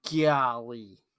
golly